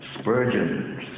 Spurgeon